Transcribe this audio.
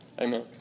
Amen